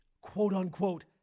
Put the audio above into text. quote-unquote